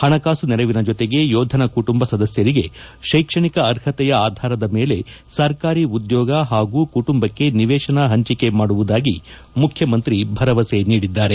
ಹಣಕಾಸು ನೆರವಿನ ಜೊತೆಗೆ ಯೋಧನ ಕುಟುಂಬ ಸದಸ್ಯರಿಗೆ ಶೈಕ್ಷಣಿಕ ಅರ್ಹತೆಯ ಆಧಾರದ ಮೇಲೆ ಸರ್ಕಾರಿ ಉದ್ಯೋಗ ಹಾಗೂ ಕುಟುಂಬಕ್ಕೆ ನಿವೇಶನ ಹಂಚೆಕೆ ಮಾಡುವುದಾಗಿ ಮುಖ್ಯಮಂತ್ರಿ ಭರವಸೆ ನೀಡಿದ್ದಾರೆ